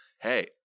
hey